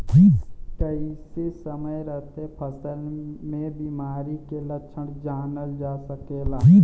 कइसे समय रहते फसल में बिमारी के लक्षण जानल जा सकेला?